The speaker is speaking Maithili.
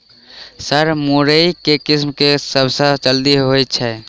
सर मुरई केँ किसिम केँ सबसँ जल्दी होइ छै?